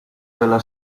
della